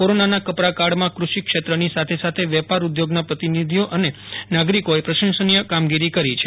કોરોનાના કપરાકાળમાં કૃષિક્ષેત્રનીસાથે સાથે વેપાર ઉદ્યોગના પ્રતિનિધિઓ અને નાગરીકોએ પ્રશંસનીય કામગીરી કરી છે